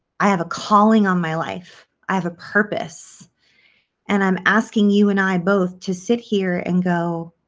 i have a calling on my life. i have a purpose and i'm asking you and i both to sit here and go,